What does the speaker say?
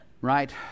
Right